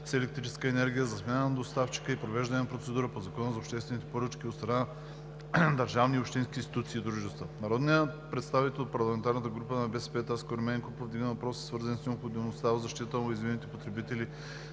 електрическа енергия за смяна на доставчика и провеждането на процедури по Закона за обществените поръчки от страна на държавни и общински институции и дружества. Народният представител от парламентарната група на БСП Таско Ерменков повдигна въпроси, свързани с необходимостта от защита на уязвимите потребители,